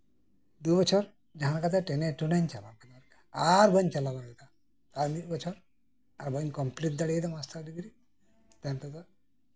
ᱫᱩ ᱵᱚᱪᱷᱚᱨ ᱡᱟᱸᱦᱟ ᱞᱮᱠᱟᱛᱮ ᱴᱮᱱᱮ ᱴᱩᱱᱮᱧ ᱪᱟᱞᱟᱣ ᱠᱮᱫᱟ ᱟᱨ ᱵᱟᱹᱧ ᱪᱟᱞᱟᱣ ᱫᱟᱲᱮ ᱟᱫᱟ ᱟᱨ ᱢᱤᱫ ᱵᱚᱪᱷᱚᱨ ᱵᱟᱹᱧ ᱠᱚᱢᱯᱤᱞᱤᱴ ᱫᱟᱲᱮᱭᱟᱫᱟ ᱢᱟᱥᱴᱟᱨ ᱰᱤᱜᱽᱨᱤ ᱛᱟᱭᱚᱢ ᱛᱮᱫᱚ